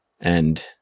and-